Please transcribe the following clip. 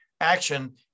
action